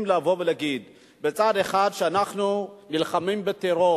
לבוא ולהגיד: בצד אחד אנחנו נלחמים בטרור